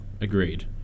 Agreed